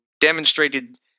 demonstrated